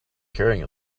carrying